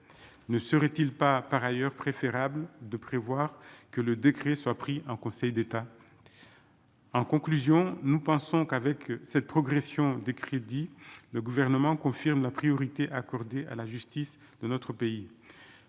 ne serait-il pas, par ailleurs préférable de prévoir que le décret soit pris en Conseil d'État, en conclusion, nous pensons qu'avec cette progression des crédits, le gouvernement confirme la priorité accordée à la justice de notre pays,